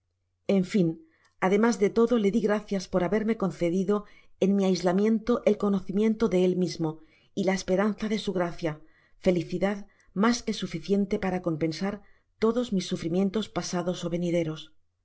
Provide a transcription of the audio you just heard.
en fin ademas de todo le di gracias de haberme concedido en mi aislamiento ol conocimiento de el mismo y la esperanza da su gracia felicidad mas que suficiente para compensar todos mis sufrimientos pasados ó venideros